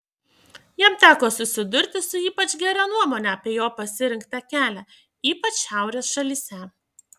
jam teko susidurti su ypač gera nuomone apie jo pasirinktą kelią ypač šiaurės šalyse